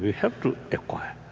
have to acquire.